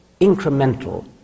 incremental